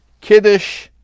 Kiddush